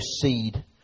seed